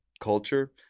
culture